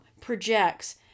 projects